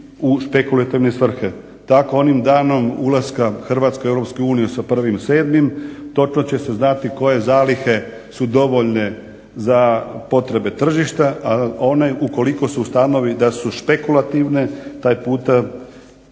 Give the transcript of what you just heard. u špekulativne svrhe. Tako onim danom ulaska Hrvatske u EU sa 01.07. točno će se znati koje zalihe su dovoljne za potrebe tržišta, a one ukoliko se ustanovi da su špekulativne taj puta